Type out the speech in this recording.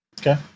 Okay